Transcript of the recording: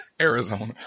Arizona